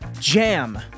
jam